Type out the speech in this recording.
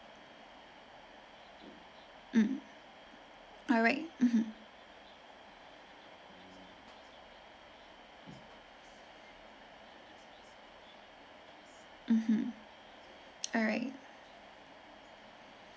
mm alright mmhmm mmhmm alright